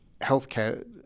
healthcare